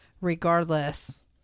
regardless